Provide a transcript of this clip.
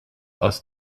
aus